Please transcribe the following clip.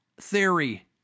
theory